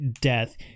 Death